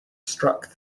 struck